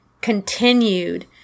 continued